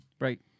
Right